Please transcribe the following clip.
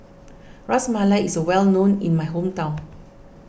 Ras Malai is well known in my hometown